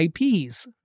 IPs